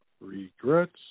Regrets